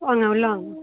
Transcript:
வாங்க உள்ளே வாங்க